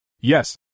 Yes